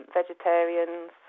vegetarians